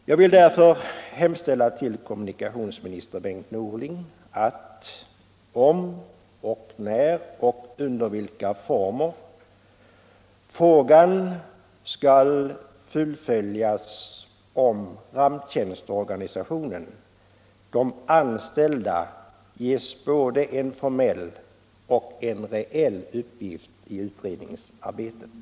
Jag vill därför hemställa till kommunikationsminister Bengt Norling att de anställda, om och när frågan om ramptjänsten skall fullföljas i en eller annan form, ges både en formell och en reell uppgift i utredningsarbetet.